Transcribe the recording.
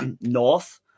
North